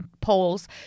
polls